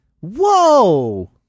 Whoa